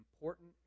important